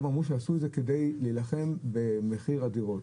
אמרו שעשו את זה כדי להילחם במחיר הדירות,